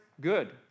good